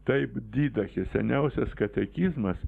taip didachė seniausias katekizmas